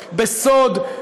בסוד,